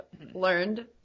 learned